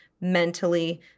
mentally